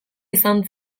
izan